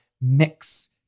mix